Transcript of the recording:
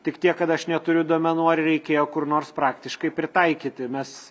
tik tiek kad aš neturiu duomenų ar reikėjo kur nors praktiškai pritaikyti mes